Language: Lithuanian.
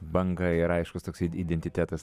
banga ir aiškus toks identitetas